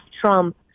Trump